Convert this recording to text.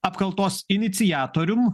apkaltos iniciatorium